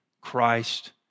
Christ